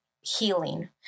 healing